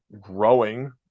growing